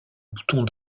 boutons